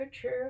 true